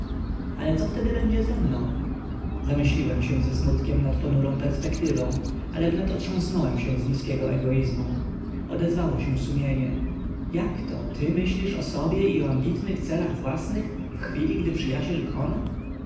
ale co wtedy będzie ze mną zamyśliłem się ze smutkiem nad ponurą perspektywą ale wnet otrząsnąłem się z nizkiego egoizmu odezwało się sumienie jakto ty myślisz o sobie i o ambitnych celach własnych w chwili gdy przyjaciel kona